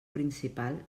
principal